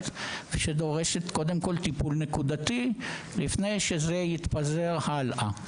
שדורשת טיפול נקודתי לפני שזה יתפזר הלאה.